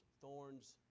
thorns